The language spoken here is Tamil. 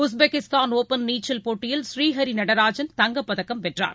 உஸ்பெகிஸ்தான் ஒப்பன் நீச்சல் போட்டியில் ஸ்ரீஹரிநடராஜன் தங்கப்பதக்கம் வென்றார்